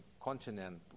continent